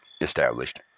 established